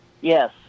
Yes